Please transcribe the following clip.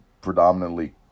predominantly